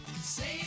Save